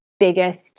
biggest